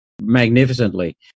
magnificently